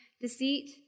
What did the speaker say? deceit